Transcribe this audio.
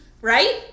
Right